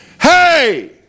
hey